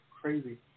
crazy